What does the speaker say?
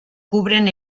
cubren